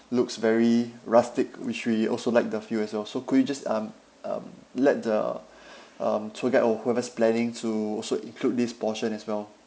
looks very rustic which we also like the few as well so could you just um um let the um tour guide or whoever's planning to also include this portion as well